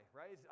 right